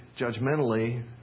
judgmentally